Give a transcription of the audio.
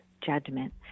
judgment